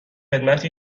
خدمتی